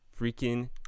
freaking